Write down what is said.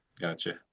Gotcha